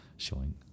showing